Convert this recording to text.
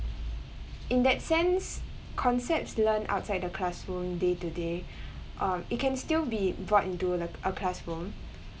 in that sense concepts learnt outside the classroom day to day um it can still be brought into the a classroom